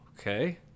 Okay